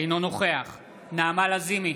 אינו נוכח נעמה לזימי,